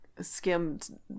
skimmed